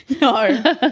No